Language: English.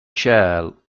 chair